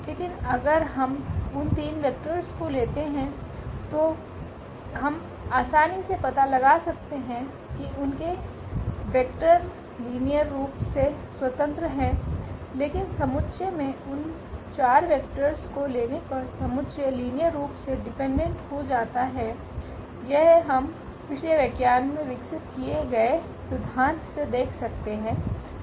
लेकिन अगर हम उन 3 वेक्टर्स ं को लेते हैं तो हम आसानी से पता लगा सकते हैं कि उनके वेक्टर लीनियर रूप से स्वतंत्र हैं लेकिन समुच्चय में उन 4 वेक्टर्स ं को लेने पर समुच्चय लीनियर रूप से डिपेंडेंट हो जाता है यह हम पिछले व्याख्यानो में विकसित किए गए सिद्धांत से देख सकते हैं